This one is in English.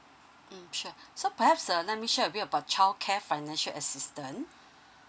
mm sure so perhaps uh let me share a bit about childcare financial assistant